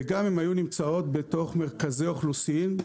וגם הם היו נמצאות בתוך מרכזי אוכלוסין,